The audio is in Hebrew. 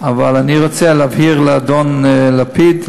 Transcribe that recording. אבל אני רוצה להבהיר לאדון לפיד,